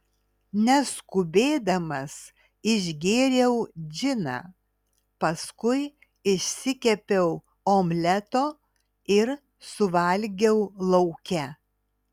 neskubėdamas išgėriau džiną paskui išsikepiau omleto ir suvalgiau lauke